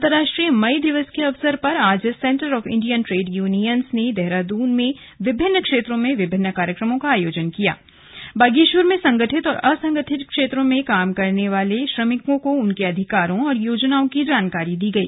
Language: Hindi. अन्तराष्ट्रीय मई दिवस के अवसर पर आज सीटू ने देहरादून जिले के विभिन्न क्षेत्रों में विभिन्न कार्यकर्मों का आयोजन कियाद्य बागेश्वर में संगठित और असंगठित क्षेत्रों में काम करने वाले श्रमिकों को उनके अधिकारों और योजनाओं की जानकारी दी गई